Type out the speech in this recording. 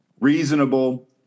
reasonable